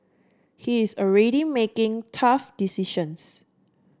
he is already making tough decisions